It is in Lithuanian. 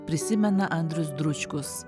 prisimena andrius dručkus